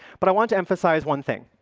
but i want to emphasize one thing.